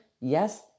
Yes